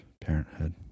parenthood